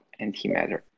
Antimatter